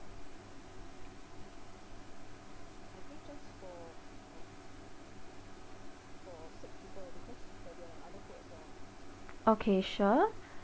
okay sure